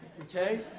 Okay